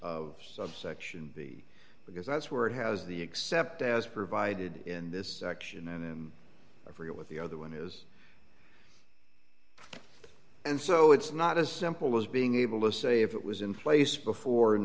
of subsection b because that's where it has the except as provided in this section and for you with the other one is and so it's not as simple as being able to say if it was in place before nin